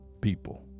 people